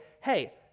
hey